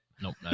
Nope